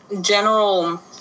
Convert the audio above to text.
general